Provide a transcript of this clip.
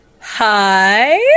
Hi